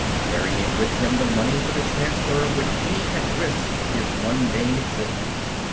carrying with him the money for the transfer of which he had risked his mundane existence.